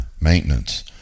maintenance